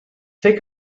take